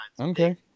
Okay